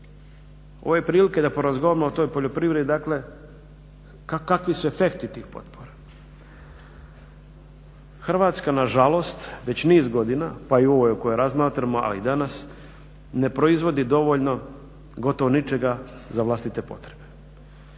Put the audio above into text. ove prilike da porazgovaramo o toj poljoprivredi dakle kakvi su efekti tih potpora. Hrvatska na žalost već niz godina pa i u ovoj o kojoj razmatramo a i danas ne proizvodi dovoljno gotovo ničega za vlastite potrebe